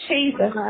Jesus